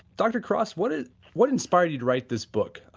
dr. cross what ah what inspired you to write this book,